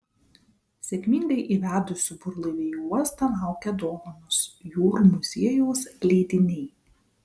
sėkmingai įvedusių burlaivį į uostą laukia dovanos jūrų muziejaus leidiniai